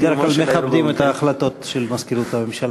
אנחנו ככנסת בדרך כלל מכבדים את ההחלטות של מזכירות הממשלה.